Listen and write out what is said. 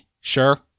sure